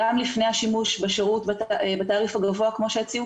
גם לפני השימוש בשירות בתעריף הגבוה כמו שהציעו